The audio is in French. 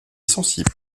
sensible